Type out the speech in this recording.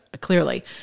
clearly